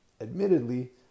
admittedly